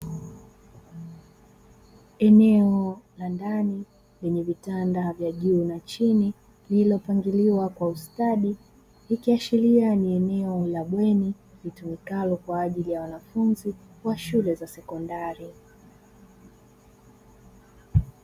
Eneo la ndani lenye vitanda vya juu na chini, lililopangiliwa kwa ustadi ikiashiria ni eneo la bweni litumikalo kwa ajili ya wanafunzi wa shule za sekondari.